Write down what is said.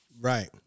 right